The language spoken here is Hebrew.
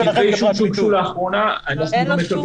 כתבי אישום שהוגשו לאחרונה אנחנו מקבלים